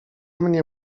mnie